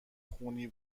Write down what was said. خونی